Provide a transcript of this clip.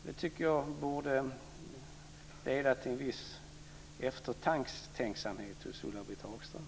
Det tycker jag borde leda till en viss eftertänksamhet hos Ulla-Britt Hagström.